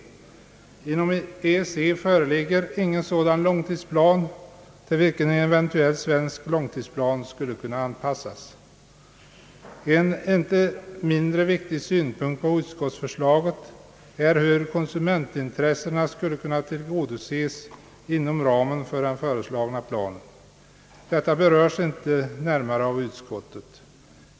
Inom EEC föreligger ingen sådan långtidsplan, till vilken en eventuell svensk långtidsplan skulle kunna anpassas. En inte mindre viktig synpunkt på utskottsförslaget är hur konsumentintressena skall kunna tillgodoses inom ramen för den föreslagna planen. Detta berörs inte närmare av utskottet.